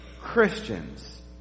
Christians